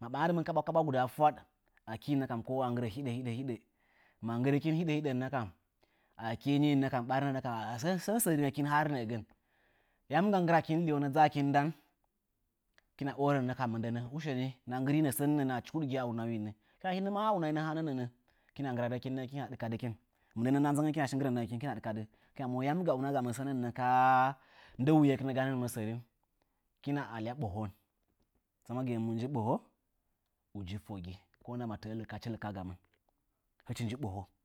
Ma ɓanadɨnmɨn kaɓwakaɓwa guda fwaɗ, akɨ nə kam ko wa nggɨrə hiɗə hiɗə. Ma nggɨrikin hiɗə hiɗənnə kam akɨ nɨ nə kam ɓarinə sən səringakin hə nə'əgan. Yam ga nggɨnakin liwonə dzəkin ndan. Hɨkina orənə kam mɨndənə ushenɨ nda nggɨrɨnə sənə na'ə achi huɗgiye a unanyinə. Ta hinə mə a unainə hanə nə'ə. Hikina nggirad ndangakin hɨkina ɗɨkaɗakini. Hɨkina monə yam ga unagamə sənə kə ndɨ nuyekɨnə gannanmə sarin? Hɨkina alya ɓohən. Tsamagɨya səə jnji ɓoho? Uji fogi ko ndama təə likachi lɨka gamɨn. səə jnji ɓoho?